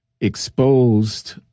exposed